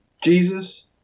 Jesus